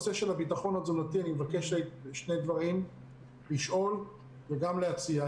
אני מבקש שני דברים ספציפית לגבי הביטחון התזונתי לשאול וגם להציע.